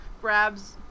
grabs